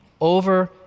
Over